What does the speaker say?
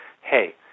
hey